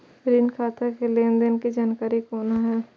ऋण खाता के लेन देन के जानकारी कोना हैं?